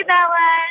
Bella